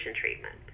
treatment